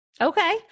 Okay